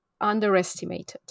underestimated